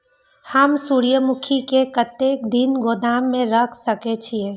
हम सूर्यमुखी के कतेक दिन गोदाम में रख सके छिए?